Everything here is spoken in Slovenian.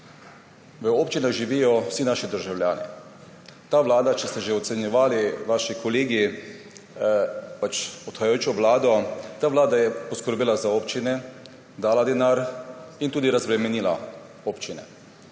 V občinah živijo vsi naši državljani. Če so že ocenjevali vaši kolegi odhajajočo vlado – ta vlada je poskrbela za občine, dala denar in tudi razbremenila občine.